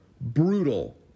Brutal